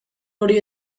hori